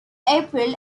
april